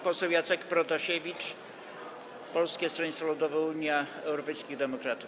Poseł Jacek Protasiewicz, Polskie Stronnictwo Ludowe - Unia Europejskich Demokratów.